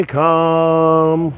come